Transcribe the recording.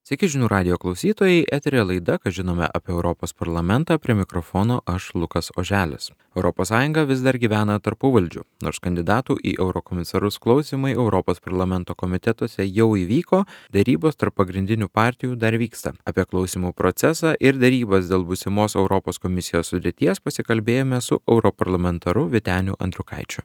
sveiki žinių radijo klausytojai eteryje laida ką žinome apie europos parlamentą prie mikrofono aš lukas oželis europos sąjunga vis dar gyvena tarpuvaldžiu nors kandidatų į eurokomisarus klausymai europos parlamento komitetuose jau įvyko derybos tarp pagrindinių partijų dar vyksta apie klausymų procesą ir derybas dėl būsimos europos komisijos sudėties pasikalbėjome su europarlamentaru vyteniu andriukaičiu